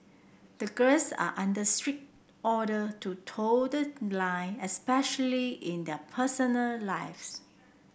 the girls are under strict order to toe the line especially in their personal lives